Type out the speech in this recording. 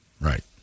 Right